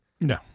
No